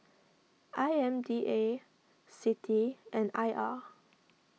I M D A Citi and I R